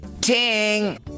Ting